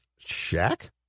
Shaq